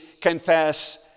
confess